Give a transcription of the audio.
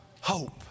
hope